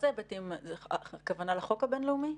הכוונה היא לחוק הבין-לאומי?